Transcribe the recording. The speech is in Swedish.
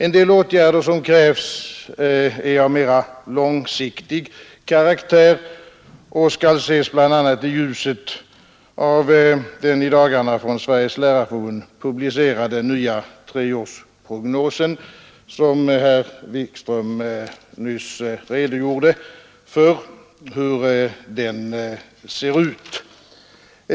En del åtgärder som krävs är av mera långsiktig karaktär och skall ses bl.a. i ljuset av den i dagarna från Sveriges Lärarförbund publicerade nya treårsprognosen, som herr Wikström nyss redogjorde för.